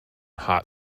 hot